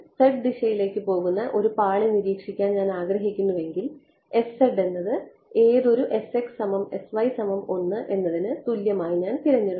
അതിനാൽ ദിശയിലേക്ക് പോകുന്ന ഒരു പാളി നിരീക്ഷിക്കാൻ ഞാൻ ആഗ്രഹിക്കുന്നുവെങ്കിൽ എന്നത് ഏതൊരു എന്നതിനു തുല്യമായി ഞാൻ തിരഞ്ഞെടുക്കും